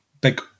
big